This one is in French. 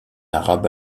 arabe